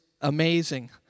Amazing